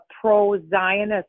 pro-zionist